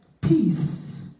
peace